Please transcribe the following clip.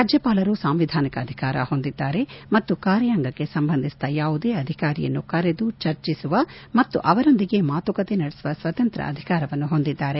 ರಾಜ್ಯಪಾಲರ ಸಾಂವಿಧಾನಿಕ ಅಧಿಕಾರ ಹೊಂದಿದ್ದಾರೆ ಮತ್ತು ಕಾರ್ಯಾಂಗಕ್ಕೆ ಸಂಬಂಧಿಸಿದ ಯಾವುದೇ ಅಧಿಕಾರಿಯನ್ನು ಕರೆದು ಚರ್ಚಸುವ ಮತ್ತು ಅವರೊಂದಿಗೆ ಮಾತುಕತೆ ನಡೆಸುವ ಸ್ತತಂತ್ರ ಅಧಿಕಾರವನ್ನು ಅವರು ಹೊಂದಿದ್ದಾರೆ